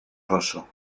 rosso